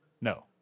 No